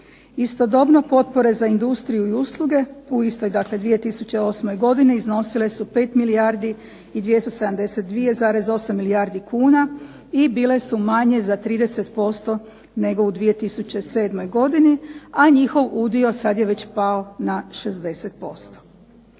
Istodobno potrebe za industriju i usluge u istoj dakle 2008. godini iznosile su 5 milijardi i 272,8 milijardi kuna i bile su manje za 30% nego u 2007. godini, a njihov udio sad je već pao na 60%.